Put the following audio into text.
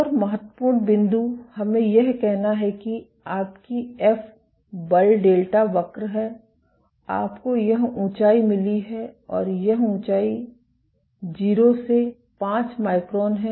एक और महत्वपूर्ण बिंदु हमें यह कहना है कि आपकी एफ बल डेल्टा वक्र है आपको यह ऊंचाई मिली है और यह ऊंचाई 0 से 5 माइक्रोन है